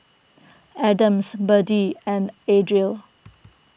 Adams Biddie and Adriel